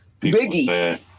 Biggie